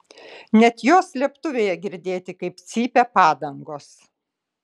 net jos slėptuvėje girdėti kaip cypia padangos